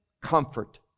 comfort